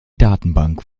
datenbank